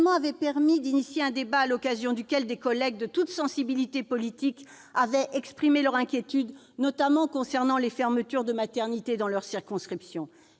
avait permis d'engager un débat, à l'occasion duquel des collègues, de toutes sensibilités politiques, ont exprimé leurs inquiétudes concernant, notamment, les fermetures de maternités dans leurs circonscriptions.